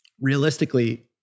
realistically